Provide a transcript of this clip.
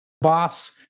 boss